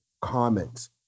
comments